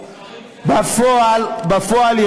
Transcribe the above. בפועל,